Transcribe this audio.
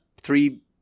three